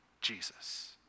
Jesus